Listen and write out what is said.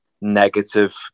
negative